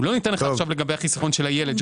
הוא לא ניתן לך לגבי החיסכון של הילד שלך.